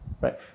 Right